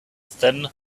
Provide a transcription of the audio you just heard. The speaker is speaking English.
thin